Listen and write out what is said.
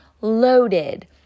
loaded